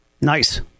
Nice